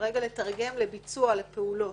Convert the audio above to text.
לתרגם לביצוע, לפעולות.